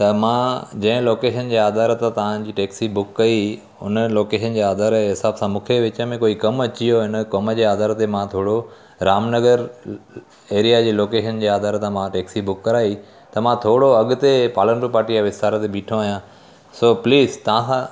त मां जंहिं लोकेशन जे आधार त तव्हांजी टैक्सी बुक कई हुन लोकेशन जे आधार जे हिसाब सां मूंखे विच में कोई कमु अची वियो इन कम जे आधार ते मां थोरो रामनगर एरिया जे लोकेशन जे आधार तां मां टैक्सी बुक कराई त मां थोरो अॻिते पालनपुर पाटीअ विस्तार ते बीठो आहियां सो प्लीज़ तव्हांखां